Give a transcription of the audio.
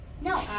No